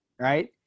right